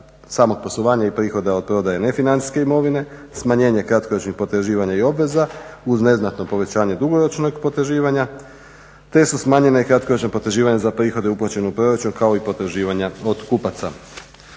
samog poslovanja i prihoda od prodaje nefinancijske imovine smanjenje kratkoročnih potraživanja i obveza uz neznatno povećanje dugoročnog potraživanja, te su smanjena i kratkoročna potraživanja za prihode uplaćene u proračun kao i potraživanja od kupaca.